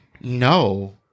No